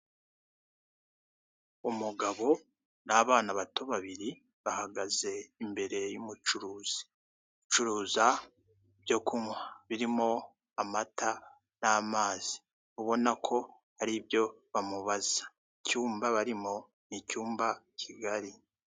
Umugabo n'abana bato babiri bahagaze imbere y'umucuruzi ucuruza ibyo kunywa birimo; amata n'amazi ubona ko hari ibyo bamubaza. Icyumba barimo ni icyumba kigari.